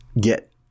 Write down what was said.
get